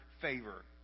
favor